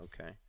Okay